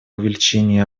увеличения